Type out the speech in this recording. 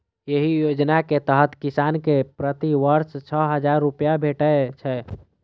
एहि योजना के तहत किसान कें प्रति वर्ष छह हजार रुपैया भेटै छै